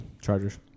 Chargers